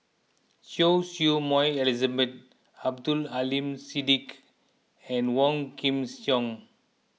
Choy Su Moi Elizabeth Abdul Aleem Siddique and Wong Kin Jong